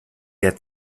der